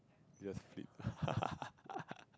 just flip